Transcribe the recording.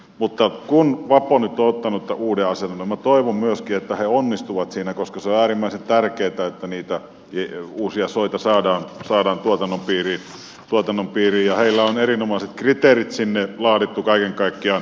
mutta kun vapo nyt on ottanut tämän uuden asennon minä toivon myöskin että he onnistuvat siinä koska se on äärimmäisen tärkeätä että niitä uusia soita saadaan tuotannon piiriin ja heillä on erinomaiset kriteerit sinne laadittu kaiken kaikkiaan